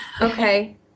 Okay